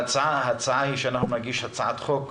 ההצעה היא שאנחנו נגיש הצעת חוק,